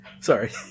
Sorry